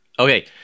Okay